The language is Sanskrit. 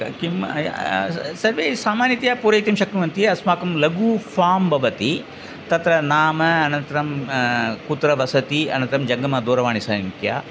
किं सर्वे सामान्यतया पूरयितुं शक्नुवन्ति अस्माकं लघु फ़ाम् भवति तत्र नाम अनन्तरं कुत्र वसति अनन्तरं जङ्गमदूरवाणीसङ्ख्या